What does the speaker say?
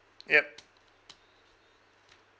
yup